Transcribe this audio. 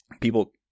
people